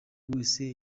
wese